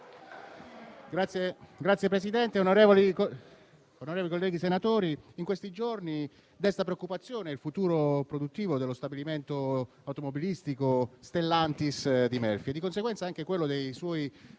Signor Presidente, onorevoli colleghi senatori, in questi giorni desta preoccupazione il futuro produttivo dello stabilimento automobilistico Stellantis di Melfi e, di conseguenza, anche quello dei suoi